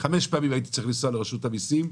חמש פעמים הייתי צריך לנסוע לרשות המיסים,